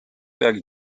peagi